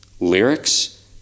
Lyrics